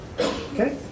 Okay